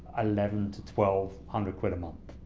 eleven to twelve hundred quid a month.